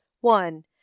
one